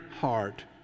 heart